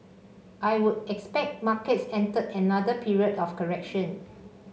I would expect markets entered another period of correction